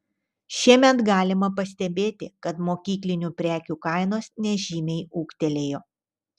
šiemet galima pastebėti kad mokyklinių prekių kainos nežymiai ūgtelėjo